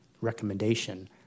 recommendation